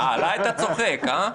עלי אתה צוחק, הא?